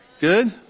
Good